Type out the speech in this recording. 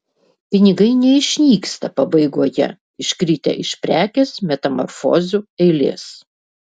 pinigai neišnyksta pabaigoje iškritę iš prekės metamorfozių eilės